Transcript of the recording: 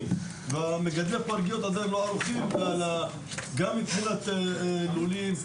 מגדלי הפרגיות עדיין לא ערוכים עם זה גם מבחינת לולים.